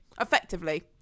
Effectively